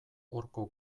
horko